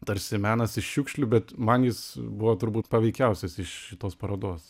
tarsi menas iš šiukšlių bet man jis buvo turbūt paveikiausias iš šitos parodos